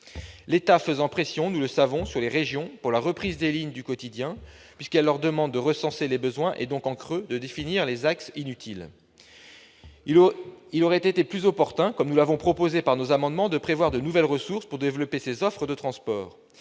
l'État fait pression sur les régions pour la reprise des lignes du quotidien, puisqu'il leur demande de recenser les besoins et donc, en creux, de définir les axes inutiles. Il aurait été plus opportun, comme nous l'avons proposé par nos amendements, de prévoir de nouvelles ressources pour développer ces offres de transport.